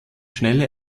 schnelle